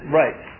right